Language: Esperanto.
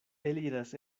eliras